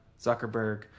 Zuckerberg